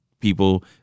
people